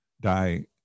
die